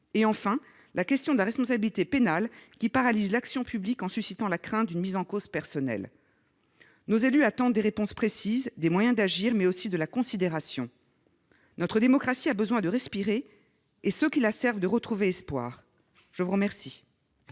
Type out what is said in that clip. et, enfin, la question de la responsabilité pénale, qui paralyse l'action publique en suscitant la crainte d'une mise en cause personnelle. Nos élus attendent des réponses précises, des moyens d'agir, mais aussi de la considération. Notre démocratie a besoin de respirer et ceux qui la servent de retrouver espoir. La parole